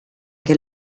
che